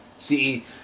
See